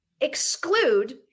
exclude